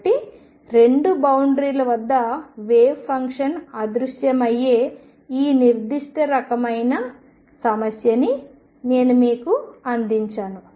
కాబట్టి రెండు బౌండరిల వద్ద వేవ్ ఫంక్షన్ అదృశ్యమయ్యే ఈ నిర్దిష్ట రకమైన సమస్యని నేను మీకు అందించాను